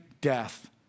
death